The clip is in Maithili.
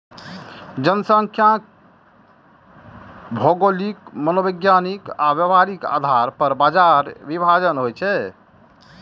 जनखांख्यिकी भौगोलिक, मनोवैज्ञानिक आ व्यावहारिक आधार पर बाजार विभाजन होइ छै